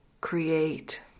create